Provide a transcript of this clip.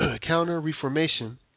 ...counter-reformation